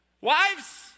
Wives